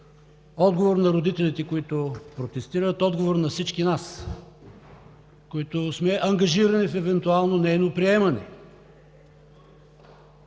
отговор на родителите, които протестират, отговор на всички нас, които сме ангажирани с евентуално нейно приемане,